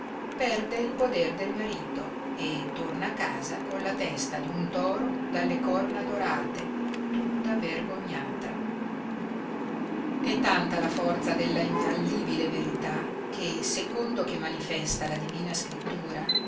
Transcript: perde il poder del marito e torna a casa con la testa di un toro dalle corna dorate tutta vergognata è tanta la forza della infallibile verità che secondo che manifesta la divina scrittura